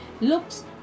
looks